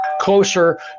closer